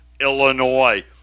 Illinois